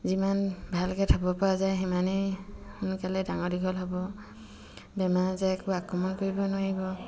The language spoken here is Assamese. যিমান ভালকৈ থ'ব পৰা যায় সিমানেই সোনকালে ডাঙৰ দীঘল হ'ব বেমাৰ আজাৰে একো আক্ৰমণ কৰিব নোৱাৰিব